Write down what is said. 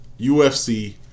UFC